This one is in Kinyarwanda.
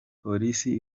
polisi